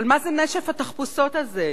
אבל מה זה נשף התחפושות הזה?